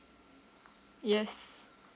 yes